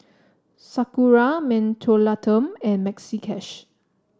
Sakura Mentholatum and Maxi Cash